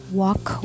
walk